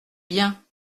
biens